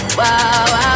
wow